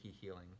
healing